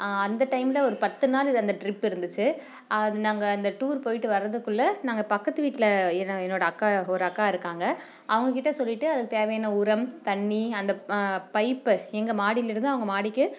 அந்த டைமில் ஒரு பத்து நாள் அந்த ட்ரிப் இருந்திச்சு அது நாங்கள் அந்த டூர் போய்விட்டு வர்றதுக்குள்ளே நாங்கள் பக்கத்து வீட்டில் என்னோடய அக்கா இருக்காங்க அவங்கக் கிட்டே சொல்லிட்டு அதுக்குத் தேவையான உரம் தண்ணி அந்த பைப் எங்கள் மாடியில் இருந்து அவங்க மாடிக்கு